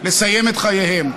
לסיים את חייהם.